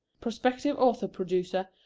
prospective author-producer,